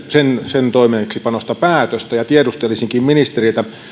sen sen toimeenpanosta päätöstä tiedustelisinkin ministeriltä